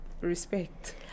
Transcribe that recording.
respect